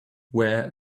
wear